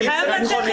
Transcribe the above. אי אפשר.